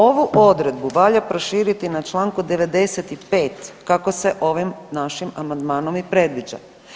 Ovu odredbu valja proširiti na čl. 95. kako se ovim našim amandmanom i predviđa.